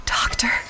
doctor